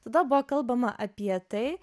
tada buvo kalbama apie tai